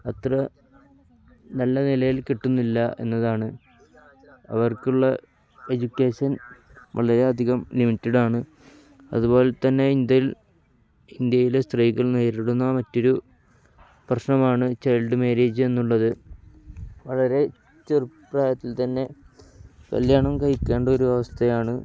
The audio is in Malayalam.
അത്ര നല്ല നിലയിൽ കിട്ടുന്നില്ല എന്നതാണ് അവർക്കുള്ള എജ്യൂക്കേഷൻ വളരെയധികം ലിമിറ്റഡാണ് അതുപോലെത്തന്നെ ഇന്ത്യയിൽ ഇന്ത്യയിലെ സ്ത്രീകൾ നേരിടുന്ന മറ്റൊരു പ്രശ്നമാണ് ചൈൽഡ് മാരേജ് എന്നുള്ളത് വളരെ ചെറുപ്രായത്തിൽ തന്നെ കല്യാണം കഴിക്കേണ്ട ഒരു അവസ്ഥയാണ്